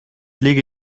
lege